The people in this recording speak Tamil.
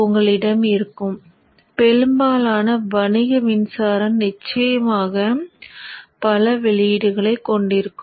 உங்களிடம் இருக்கும் பெரும்பாலான வணிக மின்சாரம் நிச்சயமாக பல வெளியீடுகளைக் கொண்டிருக்கும்